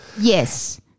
Yes